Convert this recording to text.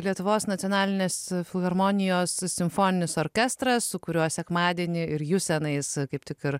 lietuvos nacionalinės filharmonijos simfoninis orkestras su kuriuo sekmadienį ir jų senais kaip tik ir